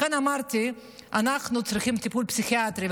לכן אמרתי שאנחנו צריכים טיפול פסיכיאטרי,